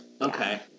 Okay